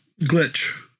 Glitch